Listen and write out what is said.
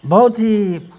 بہت ہی